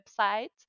website